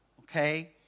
okay